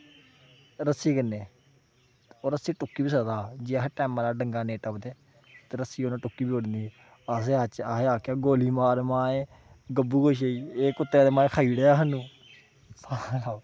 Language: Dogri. रस्सी कन्नै ते ओह् रस्सी टुक्की बी सकदा हा जे अह् टैमै दा डंगा नेईं टप्पदे ते रस्सी उन्नै टुक्की बी उड़नी ही असें आखेआ अहें आखेआ गोली मार माए गब्बू गोशे ई एह् कुत्तें ने ते माए खाई उड़ेआ सानूं